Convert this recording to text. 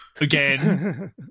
again